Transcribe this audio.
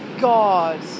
God